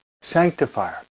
sanctifier